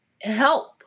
help